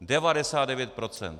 Devadesát devět procent!